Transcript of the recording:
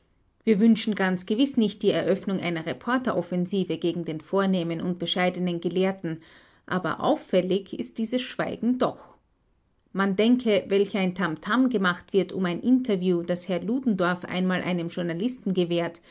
wir wünschen ganz gewiß nicht die eröffnung einer reporteroffensive gegen den vornehmen und bescheidenen gelehrten aber auffällig ist dieses schweigen doch man denke welch ein tamtam gemacht wird um ein interview das herr ludendorff einmal einem journalisten gewährt